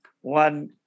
one